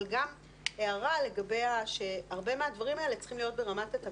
אבל גם הערה לגבי זה שהרבה מהדברים האלה צריכים להיות ברמה של התקנות,